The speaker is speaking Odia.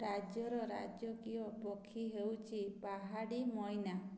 ରାଜ୍ୟର ରାଜକୀୟ ପକ୍ଷୀ ହେଉଛି ପାହାଡ଼ି ମଇନା